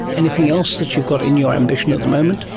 anything else that you've got in your ambition at the moment?